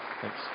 Thanks